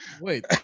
Wait